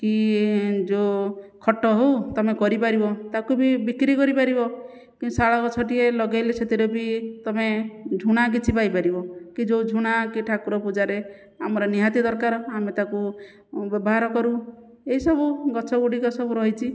କି ଯେଉଁ ଖଟ ହଉ ତୁମେ କରିପାରିବ ତାକୁ ବି ବିକ୍ରି କରିପାରିବ କିନ୍ତୁ ଶାଳଗଛଟିଏ ଲଗାଇଲେ ସେଥିରେ ବି ତୁମେ ଝୁଣା କିଛି ପାଇପାରିବ କି ଯେଉଁ ଝୁଣା କି ଠାକୁର ପୂଜାରେ ଆମର ନିହାତି ଦରକାର ଆମେ ତାକୁ ବ୍ୟବହାର କରୁ ଏଇସବୁ ଗଛ ଗୁଡ଼ିକ ସବୁ ରହିଛି